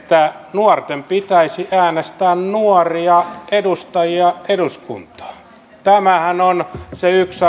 nuorten pitäisi äänestää nuoria edustajia eduskuntaan on se yksi